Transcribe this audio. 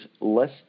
less